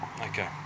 Okay